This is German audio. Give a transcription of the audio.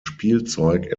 spielzeug